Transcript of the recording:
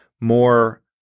more